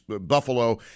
Buffalo